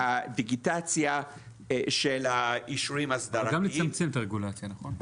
והדיגיטציה של האישורים האסדרתיים --- גם לצמצם את הרגולציה נכון?